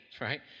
right